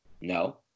no